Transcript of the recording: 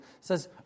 says